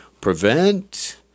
prevent